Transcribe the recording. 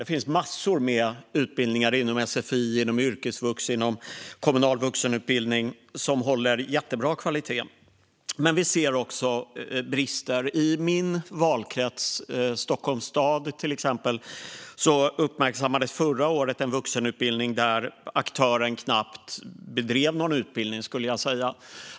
Det finns massor av utbildningar inom sfi, inom yrkesvux och kommunal vuxenutbildning som håller bra kvalitet, men vi ser också brister. I min valkrets, Stockholms stad, uppmärksammades förra året en vuxenutbildning där aktören knappt bedrev någon utbildning.